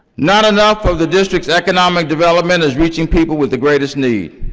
not enough of the district's economic development is reaching people with the greatest need,